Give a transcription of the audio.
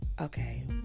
okay